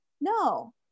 no